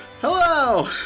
hello